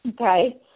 Okay